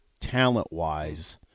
talent-wise